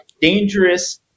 dangerous